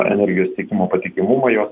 energijos tiekimo patikimumą jo